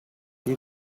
you